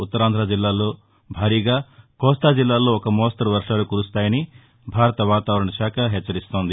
ఉత్తరాంధ జిల్లాల్లో భారీగా కోస్తా జిల్లాల్లో ఒక మోస్తరు వర్షాలు కురుస్తాయని భారత వాతావరణ శాఖ హెచ్చరిస్తోంది